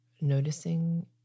noticing